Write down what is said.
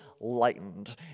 lightened